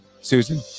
Susan